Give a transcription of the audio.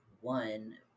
one